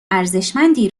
ارزشمندی